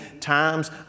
times